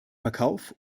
verkauf